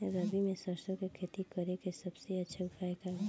रबी में सरसो के खेती करे के सबसे अच्छा उपाय का बा?